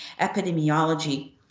epidemiology